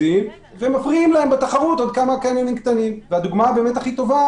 אין פה כוונה, בטח לא מלכתחילה,